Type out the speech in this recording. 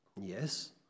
Yes